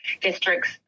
districts